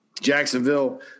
Jacksonville